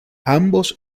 ambos